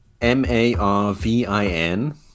M-A-R-V-I-N